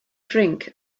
drink